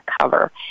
cover